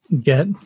get